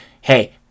hey